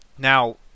Now